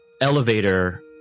elevator